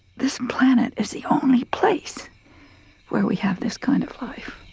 this planet is the only place where we have this kind of life.